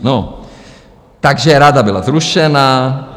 No, takže rada byla zrušena.